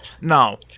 No